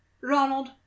Ronald